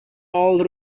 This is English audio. all